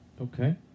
Okay